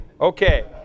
okay